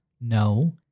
No